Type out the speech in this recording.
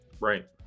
Right